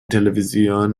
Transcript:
televisión